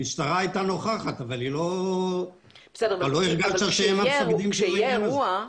המשטרה הייתה נוכחת אבל לא הרגשת שהיא המפקדת של האירוע.